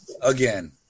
Again